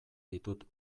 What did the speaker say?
ditut